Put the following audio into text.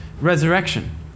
resurrection